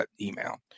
email